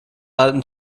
alten